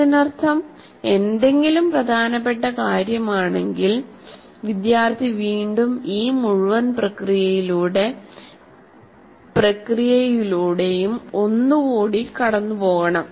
അതിനർത്ഥം എന്തെങ്കിലും പ്രധാനപ്പെട്ട കാര്യമാണെങ്കിൽ വിദ്യാർത്ഥി വീണ്ടും ഈ മുഴുവൻ പ്രക്രിയയിലൂടെയും ഒന്നുകൂടി കടന്നുപോകണം